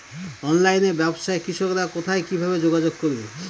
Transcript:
অনলাইনে ব্যবসায় কৃষকরা কোথায় কিভাবে যোগাযোগ করবে?